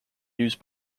used